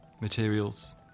materials